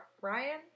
Ryan